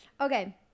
Okay